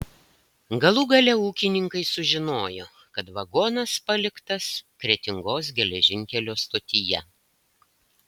galų gale ūkininkai sužinojo kad vagonas paliktas kretingos geležinkelio stotyje